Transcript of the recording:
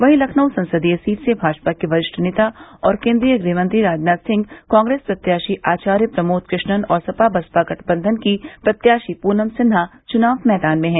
वहीं लखनऊ संसदीय सीट से भाजपा के वरिष्ठ नेता और केन्द्रीय गृहमंत्री राजनाथ सिंह कांग्रेस प्रत्याशी आचार्य प्रमोद कृष्णम और सपा बसपा गठबंधन की प्रत्याशी पूनम सिन्हा चुनाव मैदान में हैं